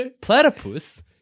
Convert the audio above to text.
platypus